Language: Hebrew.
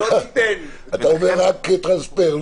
אתה אומר רק טרנספר.